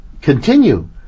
continue